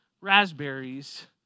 raspberries